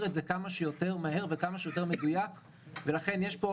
את זה כמה שיותר מהר וכמה שיותר מדויק ולכן יש פה,